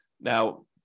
Now